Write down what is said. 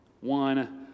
One